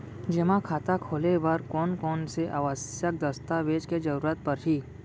जेमा खाता खोले बर कोन कोन से आवश्यक दस्तावेज के जरूरत परही?